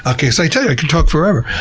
okay. so i tell ya, i can talk forever.